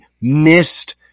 missed